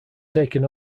taken